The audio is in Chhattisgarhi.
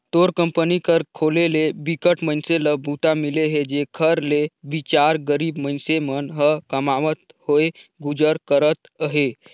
तोर कंपनी कर खोले ले बिकट मइनसे ल बूता मिले हे जेखर ले बिचार गरीब मइनसे मन ह कमावत होय गुजर करत अहे